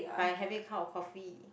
by having a cup of coffee